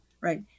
right